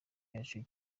yacu